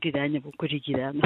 gyvenimu kurį gyvenu